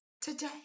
today